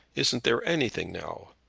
isn't there anything now?